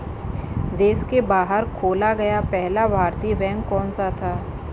देश के बाहर खोला गया पहला भारतीय बैंक कौन सा था?